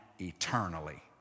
eternally